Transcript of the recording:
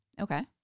Okay